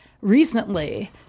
recently